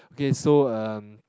okay so um